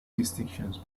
distinctions